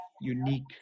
unique